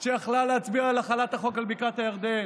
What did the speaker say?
שיכלה להצביע על החלת החוק בבקעת הירדן,